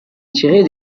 tirer